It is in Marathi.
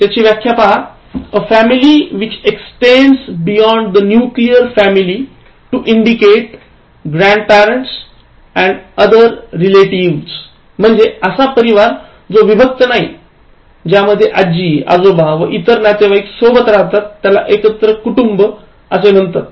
त्याची व्याख्या पहा A family which extends beyond the nuclear family to include grandparents and other relatives म्हणजे असा परिवार जो विभक्त नाही ज्यामध्ये आज्जी आजोबा व इतर नातेवाईक सोबत राहतात त्याला एकत्र कुटुंब असे म्हणतात